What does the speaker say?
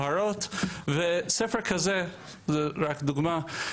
וספר כזה זה רק דוגמה.